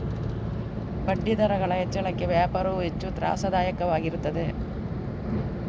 ಬಡ್ಡಿದರಗಳ ಹೆಚ್ಚಳಕ್ಕೆ ವ್ಯಾಪಾರವು ಹೆಚ್ಚು ತ್ರಾಸದಾಯಕವಾಗಿರುತ್ತದೆ